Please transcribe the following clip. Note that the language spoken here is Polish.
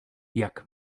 jak